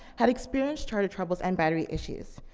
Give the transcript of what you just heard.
had experienced charger troubles and battery issues,